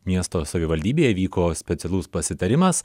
miesto savivaldybėje vyko specialus pasitarimas